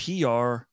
PR